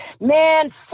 man